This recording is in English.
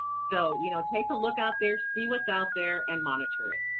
so, you know, take a look out there, see what's out there, and monitor it.